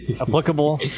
applicable